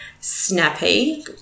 snappy